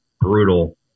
brutal